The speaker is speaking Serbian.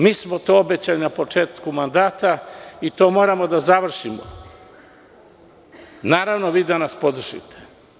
Mi smo to obećali na početku mandata i to moramo da završimo i vi da nas podržite.